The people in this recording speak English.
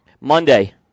Monday